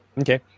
Okay